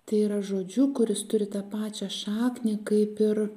tai yra žodžiu kuris turi tą pačią šaknį kaip ir